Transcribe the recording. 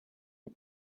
and